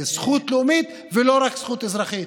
זכות לאומית ולא רק זכות אזרחית.